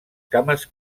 cames